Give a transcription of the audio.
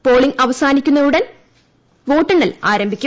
polling അവസാനിക്കുന്ന ഉടൻ തന്നെ വോട്ടെണ്ണൽ ആരംഭിക്കും